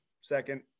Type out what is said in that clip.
second